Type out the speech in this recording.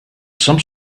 some